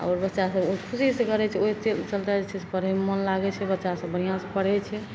आओर बच्चासब ओ खुशीसँ करय छै ओ एत्ते सब सबटा जे छै से पढ़यमे मोन लागय छै बच्चा सब बढ़िआँसँ पढ़य छै